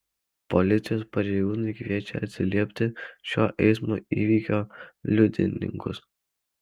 policijos pareigūnai kviečia atsiliepti šio eismo įvykio liudininkus